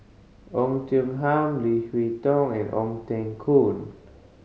Oei Tiong Ham Leo Hee Tong and Ong Teng Koon